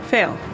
Fail